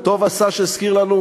וטוב עשה שהזכיר לנו,